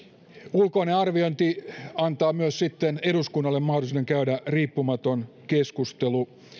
ulkoinen arviointi antaa myös eduskunnalle mahdollisuuden käydä riippumaton keskustelu